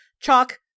chalk